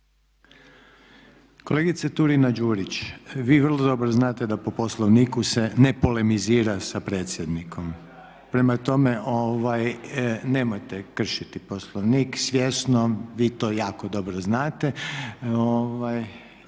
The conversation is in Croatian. Kolegice Turina Đurić, vi vrlo dobro znate da po Poslovniku se ne polemizira sa predsjednikom, prema tome nemojte kršiti Poslovnik svjesno. Vi to jako dobro znate.